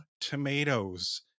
tomatoes